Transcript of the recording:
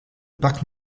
parc